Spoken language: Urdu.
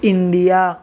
انڈیا